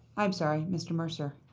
i'm sorry, mr. mercer.